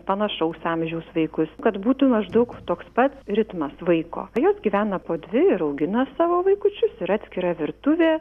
panašaus amžiaus vaikus kad būtų maždaug toks pats ritmas vaiko jos gyvena po dvi ir augina savo vaikučius yra atskira virtuvė